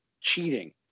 cheating